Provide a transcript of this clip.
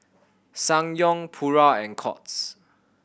Ssangyong Pura and Courts